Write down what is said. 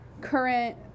current